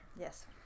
Yes